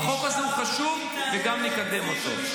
החוק הזה הוא חשוב, וגם נקדם אותו.